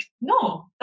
no